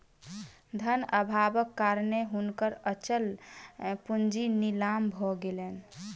धन अभावक कारणेँ हुनकर अचल पूंजी नीलाम भ गेलैन